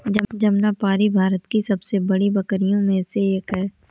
जमनापारी भारत की सबसे बड़ी बकरियों में से एक है